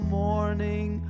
morning